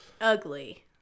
ugly